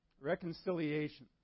Reconciliation